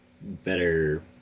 better